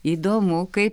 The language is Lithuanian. įdomu kaip